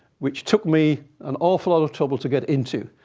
which took me an awful lot of trouble to get into.